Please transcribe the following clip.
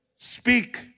Speak